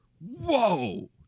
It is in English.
whoa